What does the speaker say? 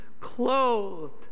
clothed